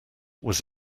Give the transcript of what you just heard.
was